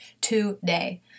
today